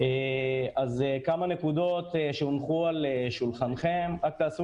כמה נקודות שהונחו על שולחנכם רק תעשו